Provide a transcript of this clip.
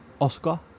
Oscar